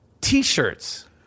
t-shirts